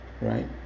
right